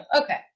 Okay